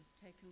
taken